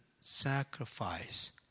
sacrifice